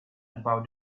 about